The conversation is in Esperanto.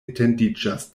etendiĝas